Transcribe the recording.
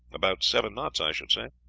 about seven knots, i should say.